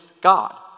God